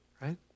right